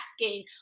asking